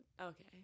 Okay